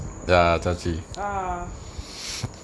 ah